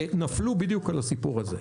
שנפלו בדיוק על הסיפור הזה.